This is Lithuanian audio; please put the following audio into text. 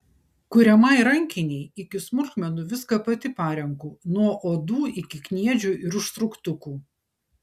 kuriamai rankinei iki smulkmenų viską pati parenku nuo odų iki kniedžių ir užtrauktukų